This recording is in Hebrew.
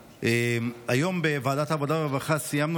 היום בוועדת העבודה והרווחה סיימנו